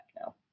now